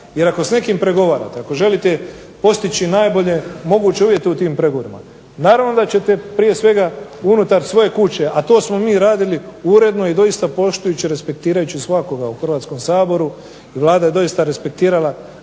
Jer ako s nekim pregovarate ako želite postići najbolje moguće uvjete u tim pregovorima, naravno da ćete prije svega unutar svoje kuće, a to smo mi radili uredno i doista poštujući i respektirajući svakoga u Hrvatskom saboru i Vlada je doista respektirala